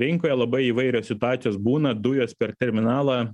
rinkoje labai įvairios situacijos būna dujos per terminalą